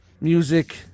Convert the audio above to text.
music